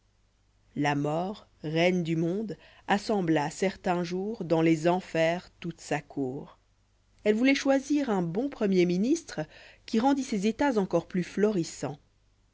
a mort reine du monde assembla certain jour dans les enfers toute sa cour elle vouloit choisir un bon premier ministre qui rendît ses états encor plus florissants